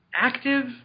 active